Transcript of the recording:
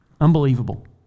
Unbelievable